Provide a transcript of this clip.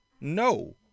no